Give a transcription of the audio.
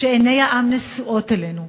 שעיני העם נשואות אלינו,